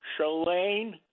Shalane